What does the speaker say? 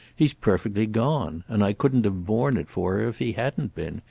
he's perfectly gone and i couldn't have borne it for her if he hadn't been.